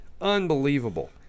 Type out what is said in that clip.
Unbelievable